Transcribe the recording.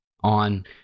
on